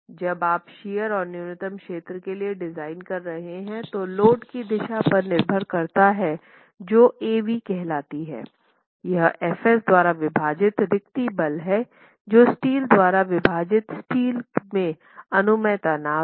जब आप शियर और न्यूनतम क्षेत्र के लिए डिज़ाइन कर रहे हों तो लोड की दिशा पर निर्भर करता है जो Av कहलाती है यह fs द्वारा विभाजित रिक्ति बल है जो स्टील द्वारा विभाजित स्टील में अनुमेय तनाव है